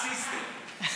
את משהו אחר.